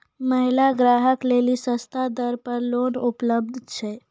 महिला ग्राहक लेली सस्ता दर पर लोन उपलब्ध छै?